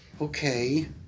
okay